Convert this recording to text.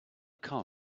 car